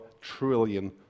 trillion